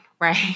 right